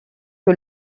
que